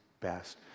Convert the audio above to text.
best